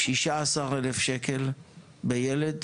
16,000 שקל בילד,